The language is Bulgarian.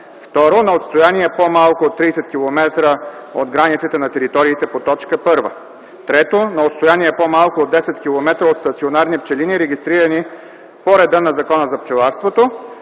2. на отстояние по-малко от 30 км от границите на териториите по т. 1; 3. на отстояние по-малко от 10 км от стационарни пчелини, регистрирани по реда на Закона за пчеларството;